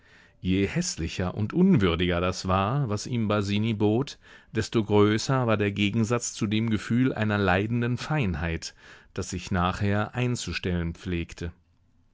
je häßlicher und unwürdiger das war was ihm basini bot desto größer war der gegensatz zu dem gefühl einer leidenden feinheit das sich nachher einzustellen pflegte